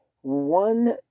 one